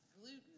gluten